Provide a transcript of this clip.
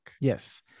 Yes